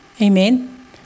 Amen